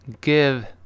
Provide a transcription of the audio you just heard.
Give